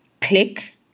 click